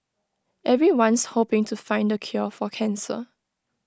everyone's hoping to find the cure for cancer